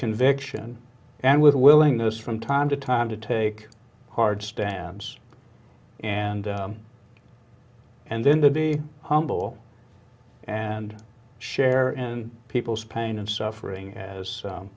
conviction and with a willingness from time to time to take a hard stance and and then to be humble and share in people's pain and suffering as